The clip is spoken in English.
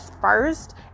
first